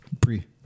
Pre